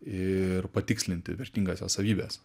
ir patikslinti vertingąsias savybes